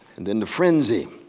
and then the frenzy,